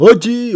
Oji